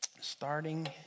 Starting